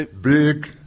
big